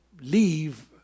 leave